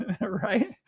Right